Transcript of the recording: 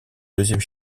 deuxième